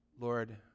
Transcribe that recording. Lord